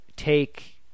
Take